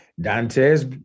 Dantes